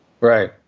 Right